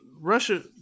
Russia